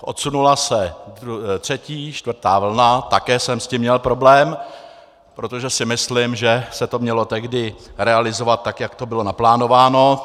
Odsunula se třetí, čtvrtá vlna, také jsem s tím měl problém, protože si myslím, že se to mělo tehdy realizovat tak, jak to bylo naplánováno.